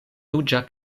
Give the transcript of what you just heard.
ruĝa